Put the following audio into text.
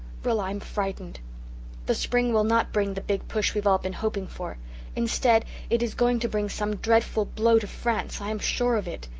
rilla, i'm frightened the spring will not bring the big push we've all been hoping for instead it is going to bring some dreadful blow to france. i am sure of it.